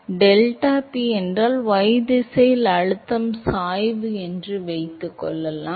எனவே deltaP என்றால் y திசையில் அழுத்தம் சாய்வு என்று வைத்துக்கொள்வோம்